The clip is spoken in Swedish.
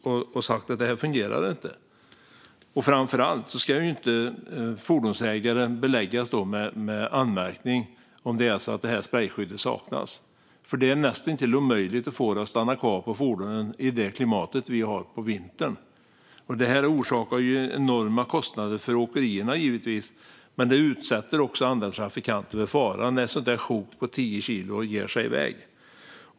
Man borde ha sagt att det inte fungerar. Framför allt ska fordonsägaren inte beläggas med anmärkning ifall sprejskyddet saknas. Det är näst intill omöjligt att få det att stanna kvar på fordonet i det klimat vi har på vintern. Det här ger givetvis upphov till enorma kostnader för åkerierna. Men andra trafikanter utsätts också för fara när ett sådant sjok på tio kilo ger sig i väg.